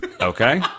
okay